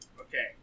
Okay